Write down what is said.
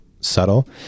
subtle